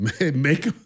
Make